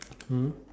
mm